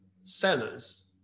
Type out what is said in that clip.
sellers